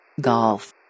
Golf